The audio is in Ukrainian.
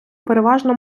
переважно